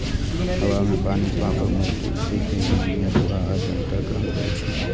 हवा मे पानिक भापक मौजूदगी कें नमी अथवा आर्द्रता कहल जाइ छै